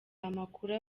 amakuru